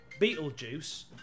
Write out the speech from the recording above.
Beetlejuice